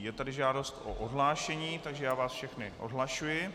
Je tady žádost o odhlášení, takže vás všechny odhlašuji.